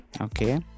okay